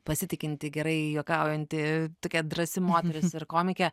pasitikinti gerai juokaujanti tokia drąsi moteris ir komikė